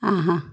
ആഹാ